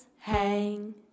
Hang